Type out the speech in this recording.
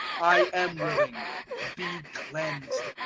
i am willing be cleansed!